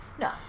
No